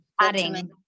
adding